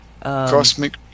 Cosmic